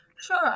Sure